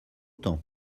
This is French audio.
temps